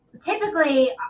typically